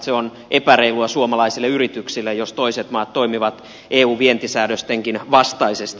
se on epäreilua suomalaisille yrityksille jos toiset maat toimivat eun vientisäädöstenkin vastaisesti